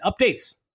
updates